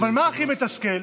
אבל מה הכי מתסכל?